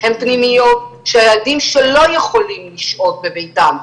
הן פנימיות של ילדים שלא יכולים לשהות בביתם,